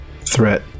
Threat